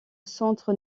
centre